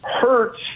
hurts